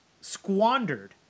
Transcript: squandered